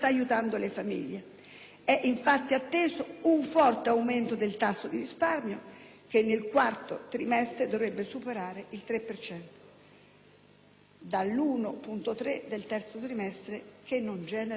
È infatti atteso un forte aumento del tasso di risparmio, che nel quarto trimestre dovrebbe superare il 3 per cento (dall'1,3 per cento del terzo trimestre) che non genera alcuna ricchezza.